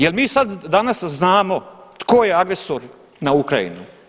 Jer mi sad, danas znamo tko je agresor na Ukrajinu?